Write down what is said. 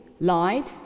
lied